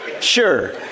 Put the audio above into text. Sure